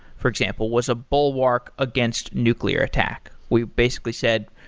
for example, was a bulwark against nuclear attack. we've basically said,